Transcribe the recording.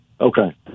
Okay